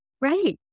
Right